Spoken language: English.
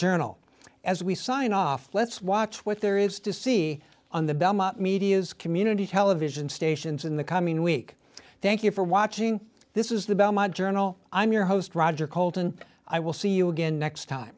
journal as we sign off let's watch what there is to see on the belmont media's community television stations in the coming week thank you for watching this is the belmont journal i'm your host roger coulton i will see you again next time